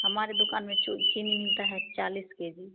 हमारे दुकान में चीनी मिलता है चालीस के जी